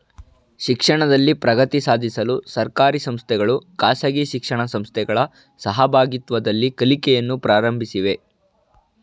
ಶಿಕ್ಷಣದಲ್ಲಿ ಪ್ರಗತಿ ಸಾಧಿಸಲು ಸರ್ಕಾರಿ ಸಂಸ್ಥೆಗಳು ಖಾಸಗಿ ಶಿಕ್ಷಣ ಸಂಸ್ಥೆಗಳ ಸಹಭಾಗಿತ್ವದಲ್ಲಿ ಕಲಿಕೆಯನ್ನು ಪ್ರಾರಂಭಿಸಿವೆ